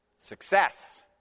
Success